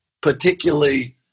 particularly